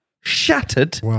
shattered